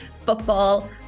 football